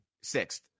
Sixth